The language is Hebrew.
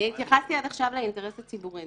עד עכשיו התייחסתי לאינטרס הציבורי,